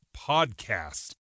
podcast